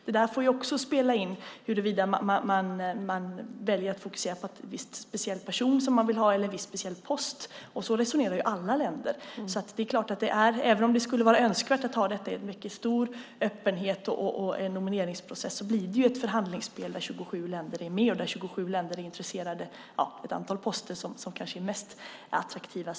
Det får spela in huruvida man väljer att fokusera på en viss speciell person som man vill ha eller på en viss speciell post. Så resonerar alla länder. Även om det skulle vara önskvärt att ha en nomineringsprocess med mycket stor öppenhet blir det ett förhandlingsspel där 27 länder är med och där 27 länder är intresserade av ett antal poster som kanske är de mest attraktiva.